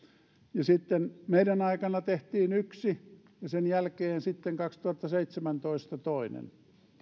ja sitten meidän aikanamme tehtiin yksi ja sen jälkeen sitten kaksituhattaseitsemäntoista toinen